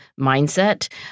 mindset